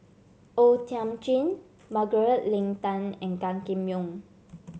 O Thiam Chin Margaret Leng Tan and Gan Kim Yong